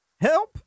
help